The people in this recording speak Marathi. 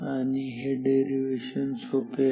आणि हे डेरिवेशन सोपे आहे